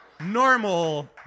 Normal